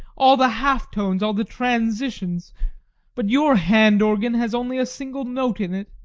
all the halftones, all the transitions but your hand-organ has only a single note in it.